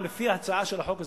לפי הצעת החוק הזאת,